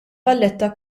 valletta